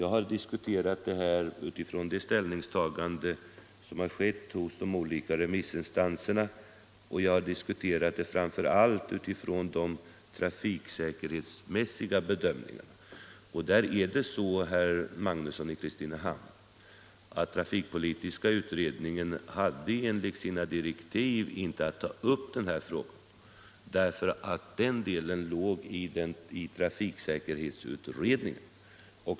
Jag har diskuterat frågan både utifrån det ställningstagande som har gjorts av de olika remissinstanserna och, framför allt. utifrån trafiksäkerhetsmässiga bedömningar. Och där är det så, herr Magnusson i Kristinehamn, att den trafikpolitiska utredningen enligt sina direktiv inte fick ta upp den här frågan därför att den delen låg hos trafiksäkerhetsutredningen.